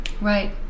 Right